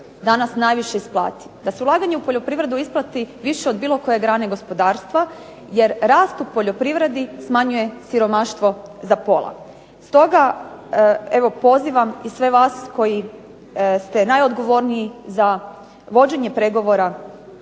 danas najviše isplati. DA se ulaganje u poljoprivredu isplati više od bilo koje grane gospodarstva jer rast u poljoprivredi smanjuje siromaštvo za pola. Stoga, evo pozivam i sve vas koji ste najodgovorniji za vođenje pregovora,